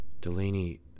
Delaney